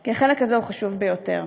כי החלק הזה הוא חשוב ביותר.